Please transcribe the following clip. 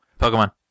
Pokemon